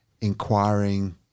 inquiring